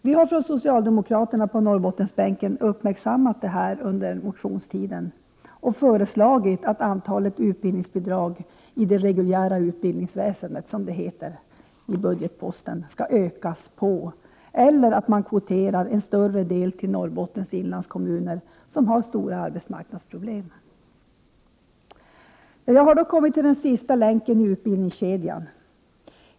Vi socialdemokrater på Norrbottensbänken har uppmärksammat detta under motionstiden och föreslagit att antalet utbildningsbidrag i det reguljära utbildningsväsendet, som budgetposten heter, skall ökas på eller att man kvoterar en större del till Norrbottens inlandskommuner, vilka har stora arbetsmarknadsproblem. Jag har nu kommit till den sista länken i utbildningskedjan.